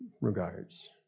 regards